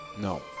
No